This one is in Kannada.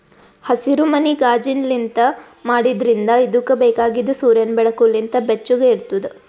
ಹಸಿರುಮನಿ ಕಾಜಿನ್ಲಿಂತ್ ಮಾಡಿದ್ರಿಂದ್ ಇದುಕ್ ಬೇಕಾಗಿದ್ ಸೂರ್ಯನ್ ಬೆಳಕು ಲಿಂತ್ ಬೆಚ್ಚುಗ್ ಇರ್ತುದ್